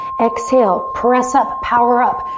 exhale, press up, power up.